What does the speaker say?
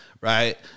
right